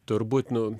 turbūt nu